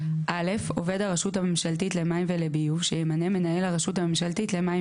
(א) עובד הרשות הממשלתית למים ולביוב שימנה מנהל הרשות הממשלתית למים